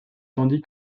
tandis